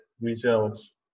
results